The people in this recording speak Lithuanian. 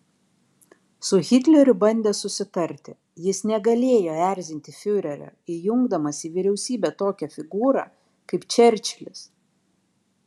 su hitleriu bandė susitarti jis negalėjo erzinti fiurerio įjungdamas į vyriausybę tokią figūrą kaip čerčilis